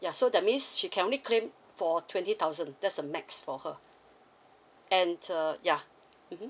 ya so that means she can only claim for twenty thousand there's a max for her and uh yeah